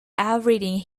everything